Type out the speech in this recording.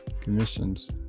commissions